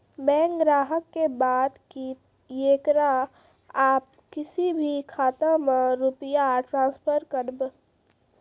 Bank ग्राहक के बात की येकरा आप किसी भी खाता मे रुपिया ट्रांसफर करबऽ?